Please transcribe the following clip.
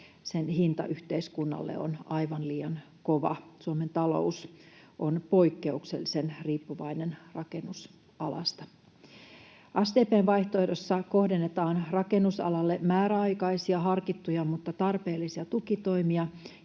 Sen hinta yhteiskunnalle on aivan liian kova. Suomen talous on poikkeuksellisen riippuvainen rakennusalasta. SDP:n vaihtoehdossa kohdennetaan rakennusalalle määräaikaisia, harkittuja mutta tarpeellisia tukitoimia